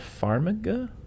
Farmiga